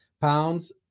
pounds